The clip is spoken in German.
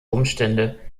umstände